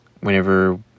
whenever